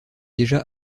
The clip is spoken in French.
déjà